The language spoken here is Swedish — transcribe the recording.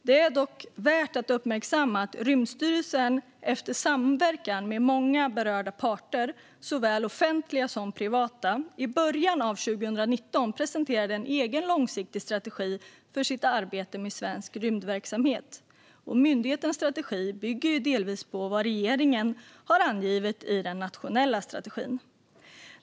Det är dock värt att uppmärksamma att Rymdstyrelsen, efter samverkan med många berörda parter, såväl offentliga som privata, i början av 2019 presenterade en egen långsiktig strategi för sitt arbete med svensk rymdverksamhet. Myndighetens strategi bygger delvis på vad regeringen har angivit i den nationella strategin.